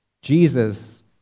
Jesus